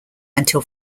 until